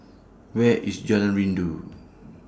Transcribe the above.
Where IS Jalan Rindu